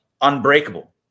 unbreakable